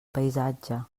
paisatge